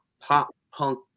pop-punk